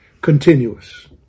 continuous